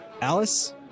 Alice